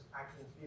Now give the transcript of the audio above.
actions